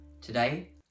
Today